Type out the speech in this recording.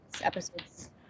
episodes